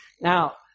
Now